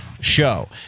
show